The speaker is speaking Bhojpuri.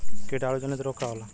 कीटाणु जनित रोग का होला?